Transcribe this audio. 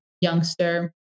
youngster